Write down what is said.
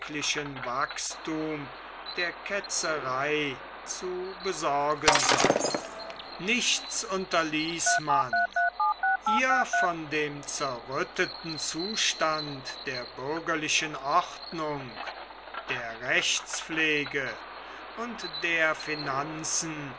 wachsthum der ketzerei zu besorgen sei nichts unterließ man ihr von dem zerrütteten zustand der bürgerlichen ordnung der rechtspflege und der finanzen